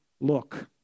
look